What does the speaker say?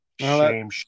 Shame